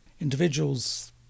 individuals